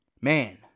Man